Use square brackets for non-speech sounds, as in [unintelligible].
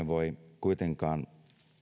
[unintelligible] voi kuitenkaan